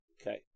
Okay